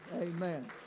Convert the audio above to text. Amen